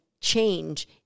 change